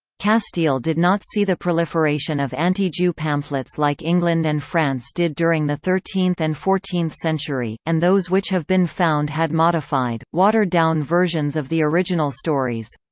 castile did not see the proliferation of anti-jew pamphlets like england and france did during the thirteenth and fourteenth century, and those which have been found had modified, watered down versions of the original stories.